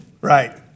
Right